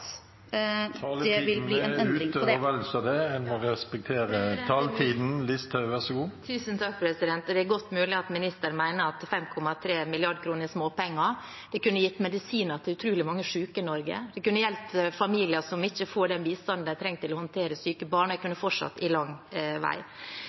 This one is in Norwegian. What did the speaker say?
så det. En må respektere taletiden. Det er godt mulig at ministeren mener at 5,3 mrd. kr er småpenger. Vi kunne gitt medisiner til utrolig mange syke i Norge. Vi kunne hjulpet familier som ikke får den bistanden de trenger til å håndtere syke barn. Jeg kunne fortsatt i lang tid. Men det er